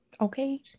Okay